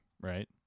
right